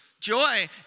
joy